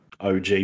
OG